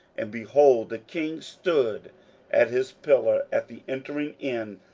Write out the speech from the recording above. and, behold, the king stood at his pillar at the entering in,